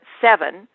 seven